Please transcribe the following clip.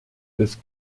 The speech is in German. des